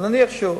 אז נניח שהוא